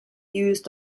used